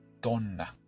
Donna